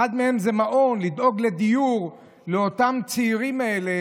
אחד מהם זה מעון, לדאוג לדיור לצעירים האלה